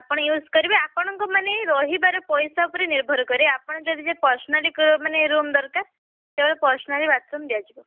ଆପଣ ୟୁଜ୍ କରିବେ ଆପଣଙ୍କୁ ମାନେ ରହିବାର ପଇସା ଉପରେ ନିର୍ଭର କରେ ଆପଣ ଯଦି ପର୍ସନାଲି ମାନେ ରୁମ୍ ଦରକାର ତାହେଲେ ପର୍ସନାଲି ବାଥରୁମ୍ ଦିଆଯିବ